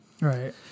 Right